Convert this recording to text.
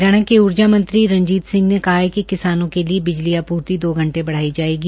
हरियाणा के ऊर्जा मंत्री रंजीत सिंह ने कहा कि किसानों के लिए बिजली आपूर्ति दो घंटे बढ़ाई जायेगी